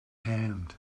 hand